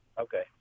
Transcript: Okay